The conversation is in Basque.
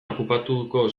okupatuko